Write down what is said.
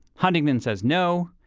huntington says no.